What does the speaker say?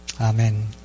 Amen